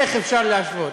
איך אפשר להשוות?